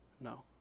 No